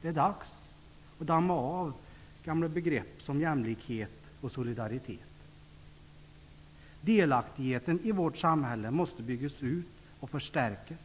Det är dags att damma av gamla begrepp som jämlikhet och solidaritet. Delaktigheten i vårt samhälle måste byggas ut och förstärkas.